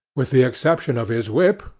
with the exception of his whip,